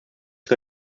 que